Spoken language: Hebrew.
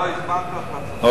אם לא הזמנת אתה, מה?